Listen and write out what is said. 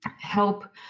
help